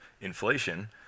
inflation